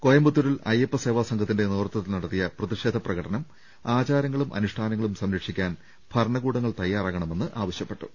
കോയമ്പത്തൂരിൽ അയ്യപ്പസേവാ സംഘത്തിന്റെ നേതൃത്വത്തിൽ നടത്തിയ പ്രതിഷേധ പ്രകടനം ആചാരങ്ങളും അനുഷ്ഠാനങ്ങളും സംരക്ഷിക്കാൻ ഭരണകൂടങ്ങൾ തയ്യാറാകണമെന്ന് ആവശ്യപ്പെട്ടു